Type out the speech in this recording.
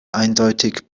eindeutig